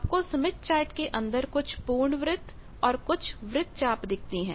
आपको Smith chart के अंदर कुछ पूर्ण वृत्त और कुछ वृत्तचाप दिखती है